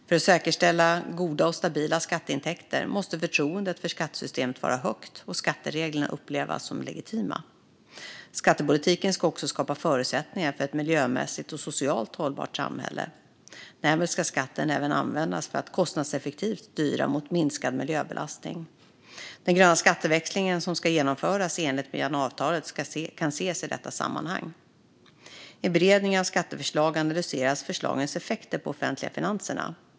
För att säkerställa goda och stabila skatteintäkter måste förtroendet för skattesystemet vara högt och skattereglerna upplevas som legitima. Skattepolitiken ska också skapa förutsättningar för ett miljömässigt och socialt hållbart samhälle. Därmed ska skatten även användas för att kostnadseffektivt styra mot minskad miljöbelastning. Den gröna skatteväxling som ska genomföras i enlighet med januariavtalet kan ses i detta sammanhang. I beredningen av skatteförslag analyseras förslagens effekter på de offentliga finanserna.